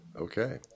Okay